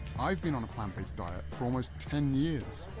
i've been on a plant-based diet for almost ten years.